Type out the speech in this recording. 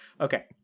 Okay